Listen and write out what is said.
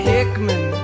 Hickman